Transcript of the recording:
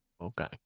Okay